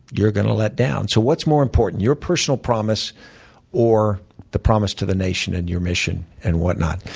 you're going to let down. so what's more important? your personal promise or the promise to the nation and your mission and whatnot.